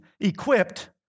equipped